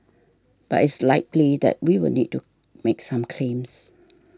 but it's likely that we will need to make some claims